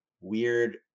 weird